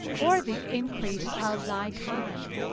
or the increase of thy kine,